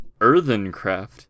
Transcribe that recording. earthencraft